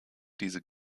diese